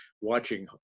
watching